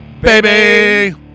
baby